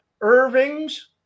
Irving's